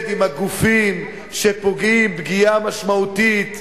עם הגופים שפוגעים פגיעה משמעותית,